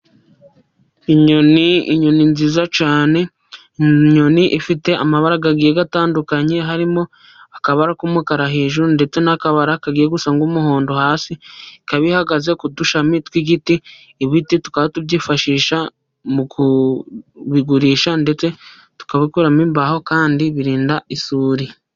Inyoni, inyoni nziza cyane, inyoni ifite amabara agiye atandukanye, harimo akabara k'umukara hejuru, ndetse n'akabara kagiye gusa n'umuhondo hasi. Ikaba ihagaze ku dushami tw'igiti, ibiti tukaba tubyifashisha mu kubigurisha, ndetse tukabikuramo imbaho, kandi birinda isuri.